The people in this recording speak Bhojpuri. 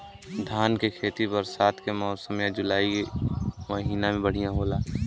धान के खेती बरसात के मौसम या जुलाई महीना में बढ़ियां होला?